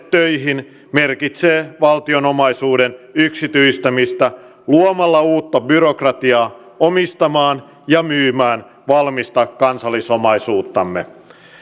töihin merkitsee valtion omaisuuden yksityistämistä luomalla uutta byrokratiaa omistamaan ja myymään valmista kansallisomaisuuttamme